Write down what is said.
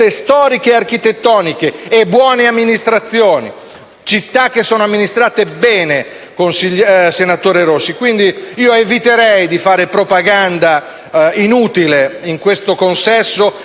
storiche ed architettoniche e buone amministrazioni, città che sono amministrate bene, senatore Rossi. Quindi eviterei di fare propaganda inutile in questo consesso